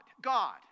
God